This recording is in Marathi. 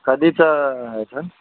कधीचं आहे सर